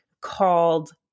called